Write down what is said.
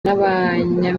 n’abanya